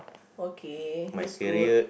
okay that's good